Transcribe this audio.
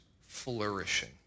flourishing